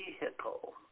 vehicle